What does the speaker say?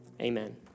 amen